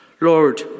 Lord